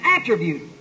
attribute